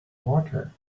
water